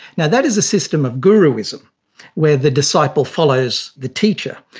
now, that is a system of guruism where the disciple follows the teacher,